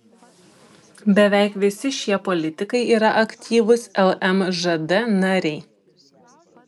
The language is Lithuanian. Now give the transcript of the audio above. beveik visi šie politikai yra aktyvūs lmžd nariai